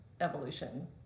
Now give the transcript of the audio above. evolution